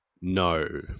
No